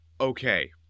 Okay